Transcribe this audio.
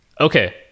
Okay